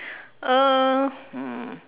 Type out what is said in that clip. uh um